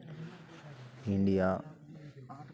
India